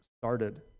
started